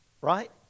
right